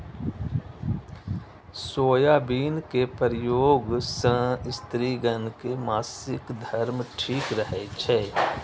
soybean के प्रयोग सं स्त्रिगण के मासिक धर्म ठीक रहै छै